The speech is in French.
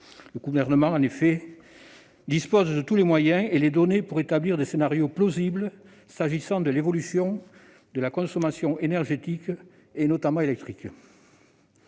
Le Gouvernement dispose en effet de tous les moyens et données pour établir des scénarios plausibles s'agissant de l'évolution de la consommation énergétique, notamment électrique.